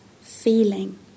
feeling